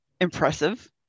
impressive